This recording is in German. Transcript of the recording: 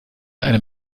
einem